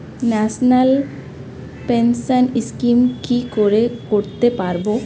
National pension scheme কি করে করতে পারব?